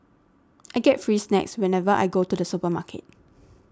I get free snacks whenever I go to the supermarket